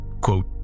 quote